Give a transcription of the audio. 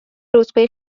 رتبه